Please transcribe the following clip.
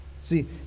See